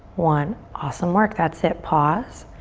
one. awesome work, that's it. pause.